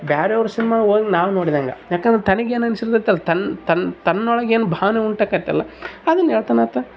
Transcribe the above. ಬೇರೆ ಅವ್ರ ಸಿನ್ಮಾ ಹೋಗ್ ನಾವು ನೋಡಿದಂಗೆ ಯಾಕಂದ್ರೆ ತನಗ್ ಏನು ಅನ್ಸಿರ್ತದೆ ತನ್ನೊಳಗೆ ಏನು ಭಾವನೆ ಉಂಟಾಗತಲ್ಲ ಅದನ್ನು ಹೇಳ್ತಾನ್ ಆತ